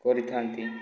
କରିଥାନ୍ତି